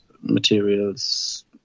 materials